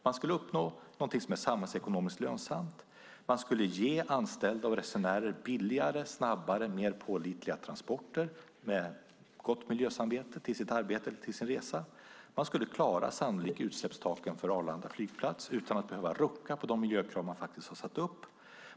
Man skulle uppnå något som är samhällsekonomiskt lönsamt. Man skulle ge anställda och resenärer billigare, snabbare och mer pålitliga transporter, med gott miljösamvete, till arbete eller resa. Man skulle sannolikt klara utsläppstaken för Arlanda flygplats utan att behöva rucka på de miljökrav man faktiskt har satt upp.